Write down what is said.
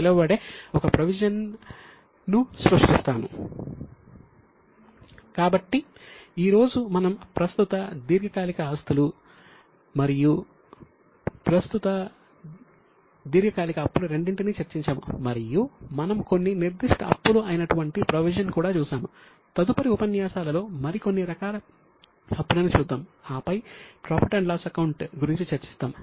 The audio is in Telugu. కాబట్టి ఈ రోజు మనం ప్రస్తుత దీర్ఘ కాలిక ఆస్తులు మరియు ప్రస్తుత దీర్ఘ కాలిక అప్పులు రెండింటినీ చర్చించాము మరియు మనం కొన్ని నిర్దిష్ట అప్పులు అయినటువంటి ప్రొవిజన్ గురించి చూద్దాం